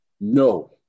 No